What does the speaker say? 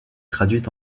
traduite